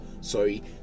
sorry